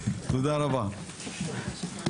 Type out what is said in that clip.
תודה רבה לכולם.